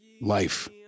life